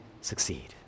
succeed